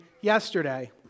yesterday